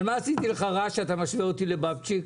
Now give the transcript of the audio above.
אבל מה עשיתי לך רע שאתה משווה אותי לבבצ'יק?